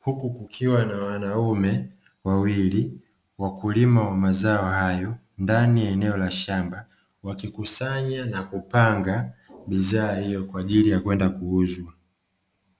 huku kukiwa na wanaume wawili wakulima wa mazao hayo ndani ya eneo la shamba, wakikusanya na kupanga bidhaa hiyo kwa ajili ya kwenda kuuzwa.